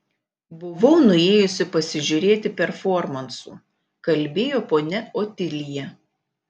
buvau nuėjusi pasižiūrėti performansų kalbėjo ponia otilija